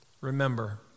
Remember